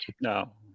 No